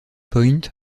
point